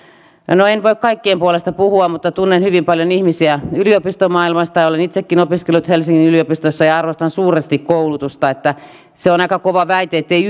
no en voi kaikkien puolesta puhua mutta tunnen hyvin paljon ihmisiä yliopistomaailmasta ja olen itsekin opiskellut helsingin yliopistossa ja arvostan suuresti koulutusta niin että se on aika kova väite ettei